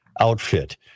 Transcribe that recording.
outfit